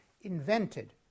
invented